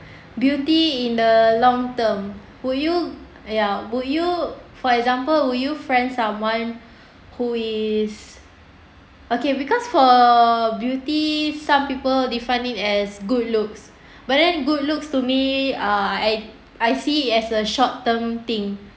beauty in the long term would you ya would you for example would you friend someone who is okay because for beauty some people define it as good looks but then good looks to me uh I I see as a short term thing